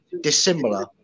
dissimilar